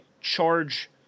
charge